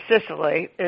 Sicily